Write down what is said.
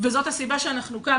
וזאת הסיבה שאנחנו כאן.